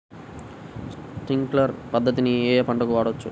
Sprinkler పద్ధతిని ఏ ఏ పంటలకు వాడవచ్చు?